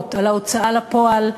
ארוכות על ההוצאה לפועל,